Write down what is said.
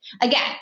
Again